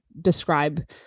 describe